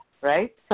right